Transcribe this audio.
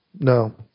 No